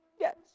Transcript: yes